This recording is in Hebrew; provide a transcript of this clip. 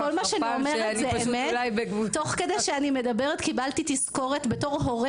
תוך כדי דיבור קיבלתי תזכורת כהורה,